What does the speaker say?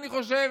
אני חושב,